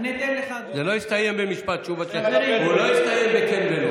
זה לא יסתיים בכן ולא.